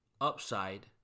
upside